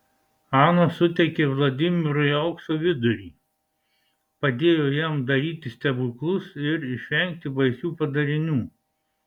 ana suteikė vladimirui aukso vidurį padėjo jam daryti stebuklus ir išvengti baisių padarinių